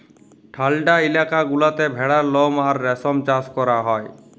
ঠাল্ডা ইলাকা গুলাতে ভেড়ার লম আর রেশম চাষ ক্যরা হ্যয়